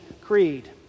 creed